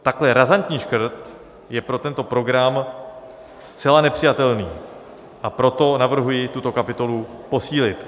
Takhle razantní škrt je pro tento program zcela nepřijatelný, a proto navrhuji tuto kapitolu posílit.